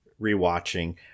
rewatching